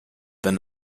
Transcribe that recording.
than